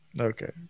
Okay